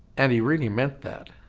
and he really meant that